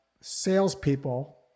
salespeople